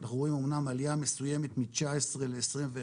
אנחנו רואים אמנם עליה מסויימת מ-2019 ל-2021,